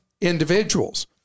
individuals